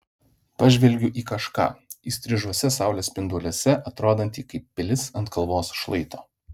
pažvelgiu į kažką įstrižuose saulės spinduliuose atrodantį kaip pilis ant kalvos šlaito